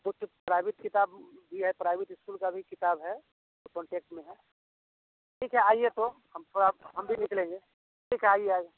जो कि प्राइवेट किताब दी है प्राइवेट स्कूल का भी किताब है कान्टैक्ट में है ठीक है आइए तो हम थोड़ा हम भी निकलेंगे ठीक है आइए आइए